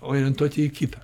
orientuoti į kitą